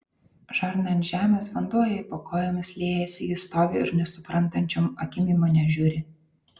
žarna ant žemės vanduo jai po kojomis liejasi ji stovi ir nesuprantančiom akim į mane žiūri